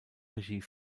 regie